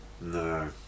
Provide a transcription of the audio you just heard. No